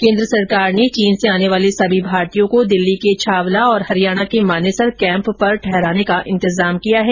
कन्न्र सरकार ने चीन से आने वाले सभी भारतीयों को दिल्ली के छावला और हरियाणा के मानेसर कैंप पर ठहराने का प्रति के राज किया गया है